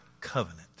covenant